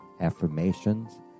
affirmations